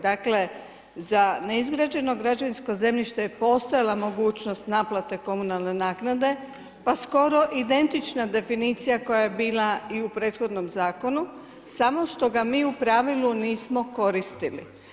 Dakle, za neizgrađeno građevinsko zemljište je postojala mogućnost naplate komunalne naknade, pa skoro identična definicija koja je bila i u prethodnom zakonu, samo što ga mi u pravilu nismo koristili.